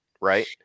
right